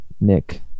nick